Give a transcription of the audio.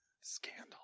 Scandal